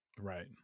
right